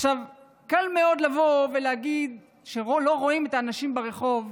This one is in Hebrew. קל מאוד לבוא ולהגיד שפה לא רואים את האנשים ברחוב,